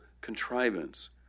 contrivance